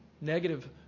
negative